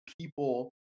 people